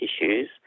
issues